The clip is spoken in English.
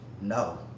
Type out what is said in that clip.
no